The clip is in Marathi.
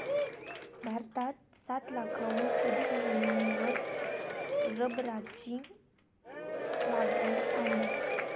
भारतात सात लाखांहून अधिक जमिनीवर रबराची लागवड आहे